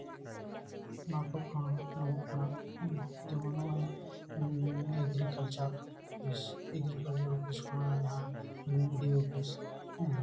ᱢᱟᱠᱚᱲ ᱠᱚᱦᱚᱸ ᱧᱟᱢᱚᱜ ᱠᱟᱱᱟ ᱦᱩᱸ ᱡᱮᱢᱚᱱ ᱱᱚᱜᱼᱚᱭ ᱮᱜᱽᱨᱤᱠᱟᱞᱪᱟᱨ ᱚᱯᱷᱤᱥ ᱮᱜᱽᱨᱤᱠᱟᱞᱪᱟᱨ ᱚᱯᱷᱤᱥ ᱠᱷᱚᱱᱟᱜ ᱡᱟᱦᱟᱸ ᱵᱤᱰᱤᱭᱳ ᱚᱯᱷᱤᱥ ᱦᱮᱸ